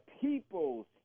people's